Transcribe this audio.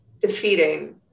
defeating